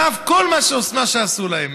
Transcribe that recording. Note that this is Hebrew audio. על אף כל מה שעשו להם.